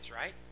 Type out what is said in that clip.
right